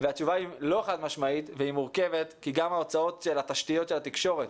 והתשובה היא לא חד-משמעית והיא מורכבת כי גם ההוצאות של תשתיות התקשורת,